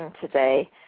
today